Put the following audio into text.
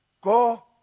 go